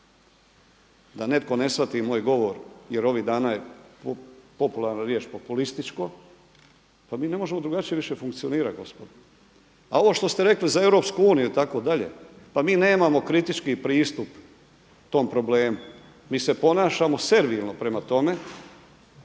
Da netko ne shvati moj govor jer ovih dana je popularna riječ „populističko“. Pa mi ne možemo drugačije više funkcionirati gospodo. A ovo što ste rekli za Europsku uniju itd. pa mi nemamo kritički pristup tom problemu, mi se ponašamo servilno prema tome